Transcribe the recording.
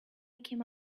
came